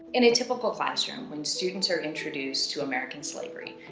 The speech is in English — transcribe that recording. in a typical classroom, when students are introduced to american slavery,